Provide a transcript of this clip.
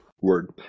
Word